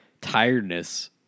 tiredness